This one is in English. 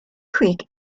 creek